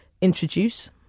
introduce